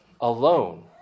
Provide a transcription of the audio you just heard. alone